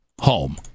home